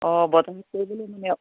অঁ বৰ্তমান কৰিবলৈ মানে